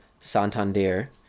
Santander